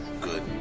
good